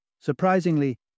Surprisingly